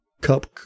Cup